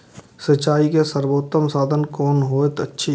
सिंचाई के सर्वोत्तम साधन कुन होएत अछि?